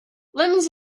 lemons